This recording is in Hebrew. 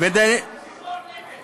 של ציפור נפש.